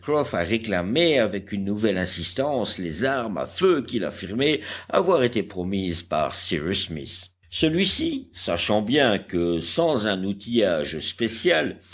à réclamer avec une nouvelle insistance les armes à feu qu'il affirmait avoir été promises par cyrus smith celui-ci sachant bien que sans un outillage spécial